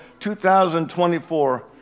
2024